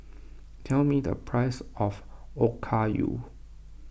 tell me the price of Okayu